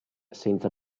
senza